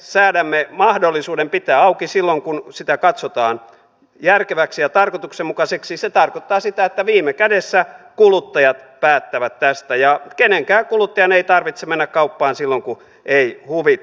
me säädämme mahdollisuuden pitää auki silloin kun se katsotaan järkeväksi ja tarkoituksenmukaiseksi ja se tarkoittaa sitä että viime kädessä kuluttajat päättävät tästä ja kenenkään kuluttajan ei tarvitse mennä kauppaan silloin kun ei huvita